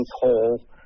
hole